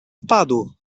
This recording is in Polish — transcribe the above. wpadł